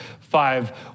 five